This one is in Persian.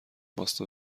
واستا